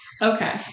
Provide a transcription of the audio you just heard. Okay